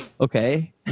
Okay